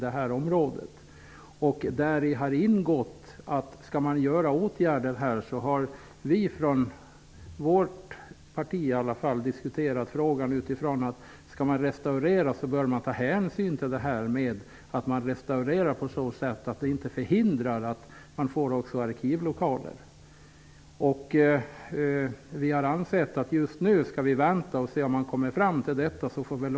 Åtminstone i vårt parti har vi diskuterat att om man skall restaurera bör man göra det på ett sådant sätt att man inte förhindrar tillgången till arkivlokaler. Vi har ansett att just nu bör vi vänta och se vad man kommer fram till.